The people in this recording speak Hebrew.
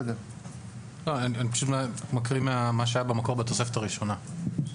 אני פשוט מקריא ממה שהיה במקור, בתוספת הראשונה.